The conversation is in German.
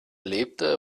lebte